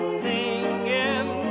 singing